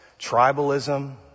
tribalism